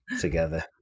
together